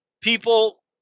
people